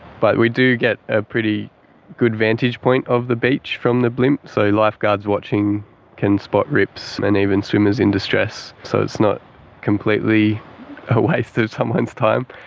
but we do get a pretty good vantage point of the beach from the blimp, so lifeguards watching can spot rips and even swimmers in distress, so it is not completely a waste of someone's time.